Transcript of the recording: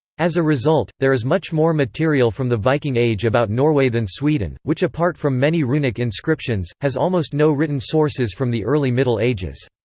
as a result, there is much more material from the viking age about norway than sweden, which apart from many runic inscriptions, has almost no written sources from the early middle ages.